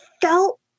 felt